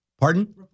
Pardon